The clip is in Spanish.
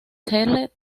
theater